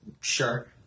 Sure